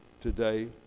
today